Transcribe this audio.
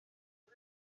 ngo